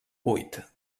buit